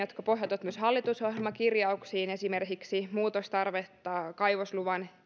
jotka pohjautuvat myös hallitusohjelmakirjauksiin esimerkiksi muutostarve kaivosluvan